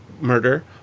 murder